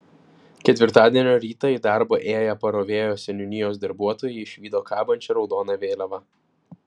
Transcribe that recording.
ketvirtadienio rytą į darbą ėję parovėjos seniūnijos darbuotojai išvydo kabančią raudoną vėliavą